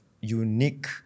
unique